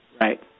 Right